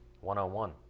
One-on-one